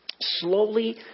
slowly